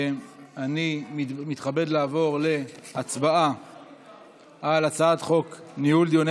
אני מתכבד לעבור להצבעה על הצעת חוק ניהול דיוני